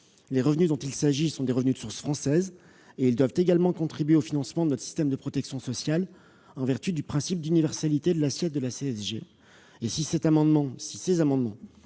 Les revenus dont il s'agit sont des revenus de source française, qui doivent également contribuer au financement de notre système de protection sociale, en vertu du principe d'universalité de l'assiette de la CSG. Si ces amendements étaient